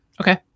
Okay